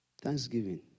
Thanksgiving